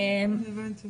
הבנתי.